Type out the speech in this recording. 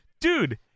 dude